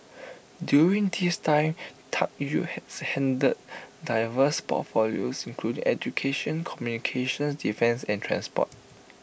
during this time Tuck Yew has handled diverse portfolios include education communications defence and transport